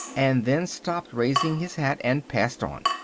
and then stopped raising his hat and passed on.